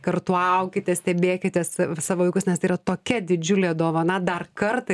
kartu aukite stebėkite sa savo vaikus nes tai yra tokia didžiulė dovana dar kartą